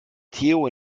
theo